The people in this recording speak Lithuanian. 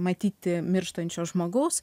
matyti mirštančio žmogaus